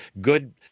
good